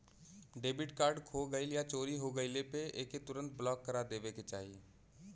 debit card खो गइल या चोरी हो गइले पर एके तुरंत ब्लॉक करा देवे के चाही